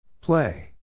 Play